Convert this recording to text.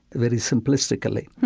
very simplistically.